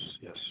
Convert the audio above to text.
Yes